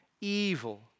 evil